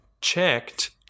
checked